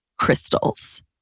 crystals